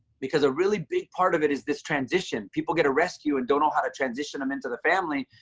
because a really big part of it is this transition. people get a rescue and don't know how to transition them into the family.